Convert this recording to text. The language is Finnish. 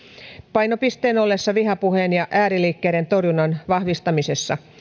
painopisteen ollessa vihapuheen ja ääriliikkeiden torjunnan vahvistamisessa